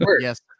Yes